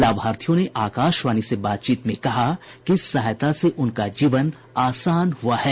लाभार्थियों ने आकाशवाणी से बातचीत में कहा कि इस सहायता से उनका जीवन आसान हुआ है